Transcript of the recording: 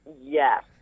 yes